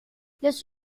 los